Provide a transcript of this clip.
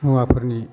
मुवाफोरनि